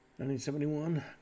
1971